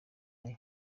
nayo